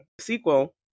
sequel